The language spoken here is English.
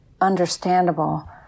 understandable